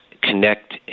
connect